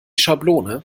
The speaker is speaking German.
schablone